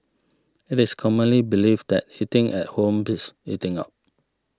it is commonly believed that eating at home beats eating out